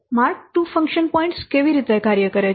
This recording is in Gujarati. માર્ક II ફંક્શન પોઇન્ટ્સ કેવી રીતે કાર્ય કરે છે